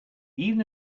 even